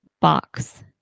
box